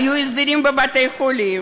היו הסדרים בבתי-חולים,